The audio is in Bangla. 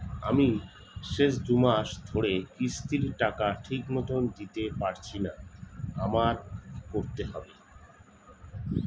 আমি শেষ দুমাস ধরে কিস্তির টাকা ঠিকমতো দিতে পারছিনা আমার কি করতে হবে?